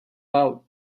out